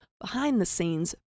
behind-the-scenes